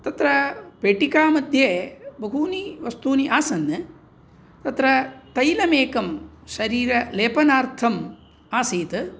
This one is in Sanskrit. तत्र पेटिकामध्ये बहूनि वस्तूनि आसन् तत्र तैलमेकं शरीरलेपनार्थम् आसीत्